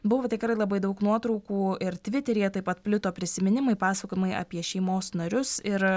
buvo tikrai labai daug nuotraukų ir tviteryje taip pat plito prisiminimai pasakojimai apie šeimos narius ir